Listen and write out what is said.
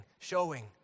showing